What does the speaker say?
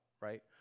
right